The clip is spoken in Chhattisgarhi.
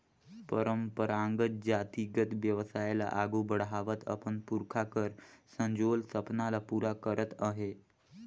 परंपरागत जातिगत बेवसाय ल आघु बढ़ावत अपन पुरखा कर संजोल सपना ल पूरा करत अहे